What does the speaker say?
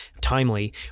timely